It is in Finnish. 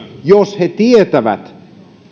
jos he tietävät